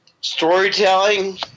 Storytelling